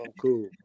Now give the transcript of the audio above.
Cool